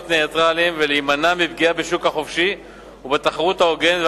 נייטרליים ולהימנע מפגיעה בשוק החופשי ובתחרות ההוגנת,